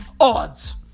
odds